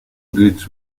goods